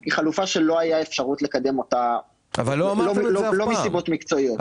היא חלופה שלא היה אפשרות לקדם אותה לא מסיבות מקצועיות.